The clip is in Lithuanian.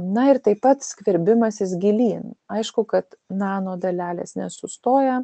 na ir taip pat skverbimasis gilyn aišku kad nanodalelės nesustoja